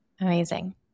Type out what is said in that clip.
Amazing